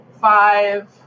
five